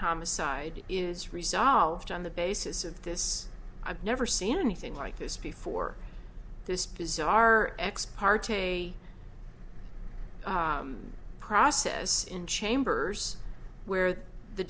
homicide is resolved on the basis of this i've never seen anything like this before this bizarre ex parte process in chambers where the